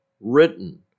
written